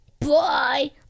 Bye